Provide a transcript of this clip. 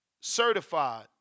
certified